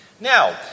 Now